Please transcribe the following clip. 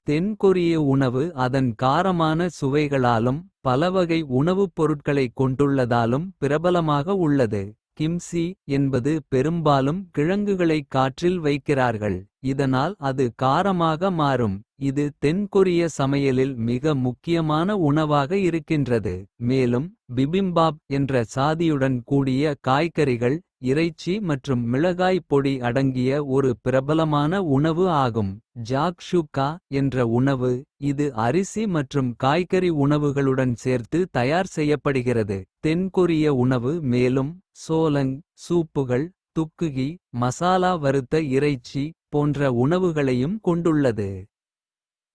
தென் கொரிய உணவு அதன் காரமான சுவைகளாலும். பலவகை உணவுப் பொருட்களைக் கொண்டுள்ளதாலும். பிரபலமாக உள்ளது கிம்சி என்பது பெரும்பாலும் கிழங்குகளைக். காற்றில் வைக்கிறார்கள் இதனால் அது காரமாக மாறும். இது தென் கொரிய சமையலில் மிக முக்கியமான. உணவாக இருக்கின்றது மேலும் பிபிம்பாப். என்ற சாதியுடன் கூடிய காய்கறிகள் இறைச்சி மற்றும். மிளகாய் பொடி அடங்கிய ஒரு பிரபலமான உணவு ஆகும். ஜாக்ஷூக்கா என்ற உணவு இது அரிசி மற்றும் காய்கறி. உணவுகளுடன் சேர்த்து தயார் செய்யப்படுகிறது. தென் கொரிய உணவு மேலும் சோலங் சூப்புகள். துக்குகி மசாலா வறுத்த இறைச்சி. போன்ற உணவுகளையும் கொண்டுள்ளது.